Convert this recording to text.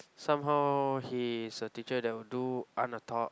somehow he is a teacher that would do unauthor~